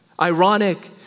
Ironic